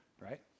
right